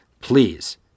please